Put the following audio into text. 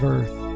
Earth